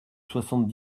soixante